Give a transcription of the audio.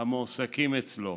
בקרב המועסקים אצלו.